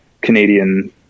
Canadian